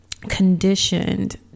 conditioned